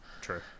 True